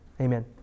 amen